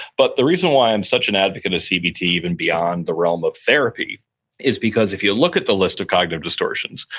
but the reason why i'm such an advocate of cbt even beyond the realm of therapy is because if you look at the list of cognitive distortions,